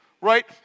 right